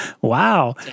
Wow